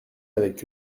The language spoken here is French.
avec